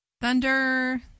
Thunder